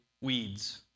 weeds